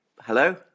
Hello